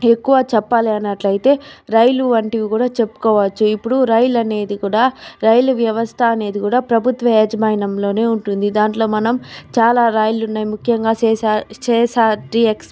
ఎక్కువ చెప్పాలి అన్నట్లయితే రైలు వంటివి కూడా చెప్పుకోవచ్చు ఇప్పుడు రైలు అనేది కూడా రైలు వ్యవస్థ అనేది కూడా ప్రభుత్వ యాజమాన్యంలోనే ఉంటుంది దాంట్లో మనం చాలా రైళ్ళున్నాయి ముఖ్యంగా శేషా శేషాద్రి ఎక్స్ ప్లా